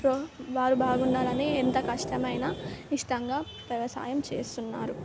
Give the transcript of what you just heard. pro వారు బాగుండాలని ఎంత కష్టమైనా ఇష్టంగా వ్యవసాయం చేస్తున్నారు